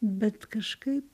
bet kažkaip